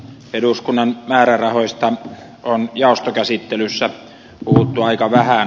eduskunnan määrärahoista on jaostokäsittelyssä puhuttu aika vähän